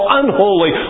unholy